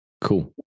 Cool